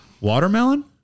watermelon